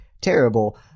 terrible